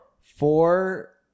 Four